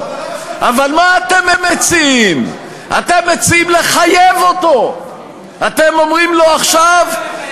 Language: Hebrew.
ההצעה שלא עולה שקל,